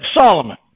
Solomon